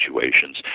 situations